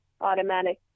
automatic